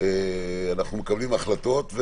אנחנו מקבלים החלטות.